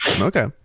Okay